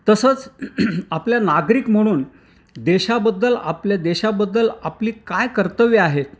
तसंच आपल्या नागरिक म्हणून देशाबद्दल आपल्या देशाबद्दल आपली काय कर्तव्यं आहेत